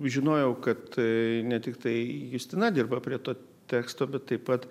žinojau kad ne tiktai justina dirba prie to teksto bet taip pat